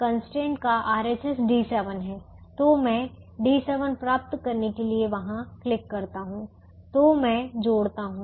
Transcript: constraint का RHS D7 है तो मैं D7 प्राप्त करने के लिए वहां क्लिक करता हूं तो मैं जोड़ता हूं